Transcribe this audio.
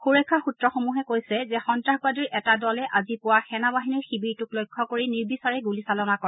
সুৰক্ষা সুত্ৰসমূহে কৈছে যে সন্ত্ৰাসবাদীৰ এটা দলে আজি পুৱা সেনা বাহিনীৰ শিবিৰটোক লক্ষ্য কৰি নিৰ্বিচাৰে গুলীচালনা কৰে